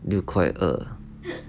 六块二